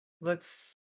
Looks